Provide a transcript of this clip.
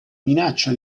minaccia